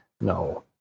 No